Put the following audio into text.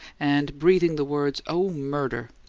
and, breathing the words, oh, murder!